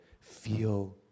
feel